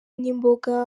n’imboga